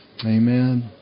amen